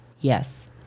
Yes